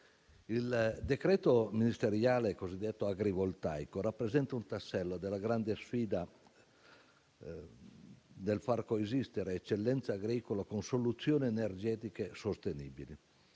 Il decreto ministeriale cosiddetto agrivoltaico rappresenta un tassello della grande sfida volta a far coesistere l'eccellenza agricola con soluzioni energetiche sostenibili.